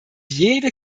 jede